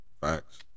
Facts